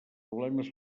problemes